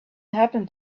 happen